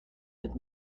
did